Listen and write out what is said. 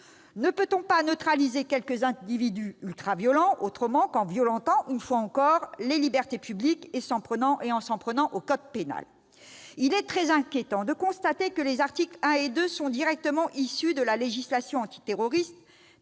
ne peut-on pas neutraliser quelques individus ultraviolents autrement qu'en violentant une fois encore les libertés publiques et en s'en prenant au code pénal ? Il est très inquiétant de constater que les articles 1 et 2 de la proposition de loi sont directement issus de la législation antiterroriste